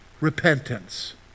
repentance